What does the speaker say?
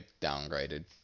downgraded